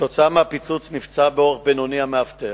כתוצאה מהפיצוץ נפצע באורח בינוני המאבטח,